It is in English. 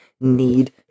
need